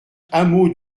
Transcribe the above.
hameau